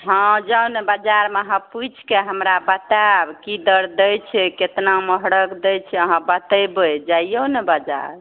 हँ जाउ ने बजारमे अहाँ पूछिके हमरा बताएब कि दर दै छै कतना महग दै छै बतेबै जइऔ ने बजार